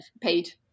paid